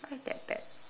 not that bad